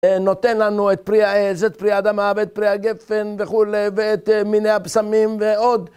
נותן לנו את פרי העץ, את פרי האדמה ואת פרי הגפן וכולי, ואת מיני הבשמים, ועוד